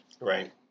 Right